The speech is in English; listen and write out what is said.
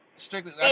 Strictly